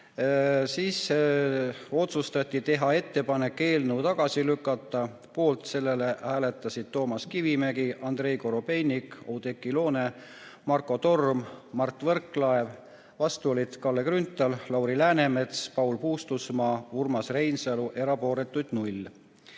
ja teha ettepanek eelnõu tagasi lükata. Poolt hääletasid Toomas Kivimägi, Andrei Korobeinik, Oudekki Loone, Marko Torm, Mart Võrklaev, vastu olid Kalle Grünthal, Lauri Läänemets, Paul Puustusmaa, Urmas Reinsalu, erapooletuid null.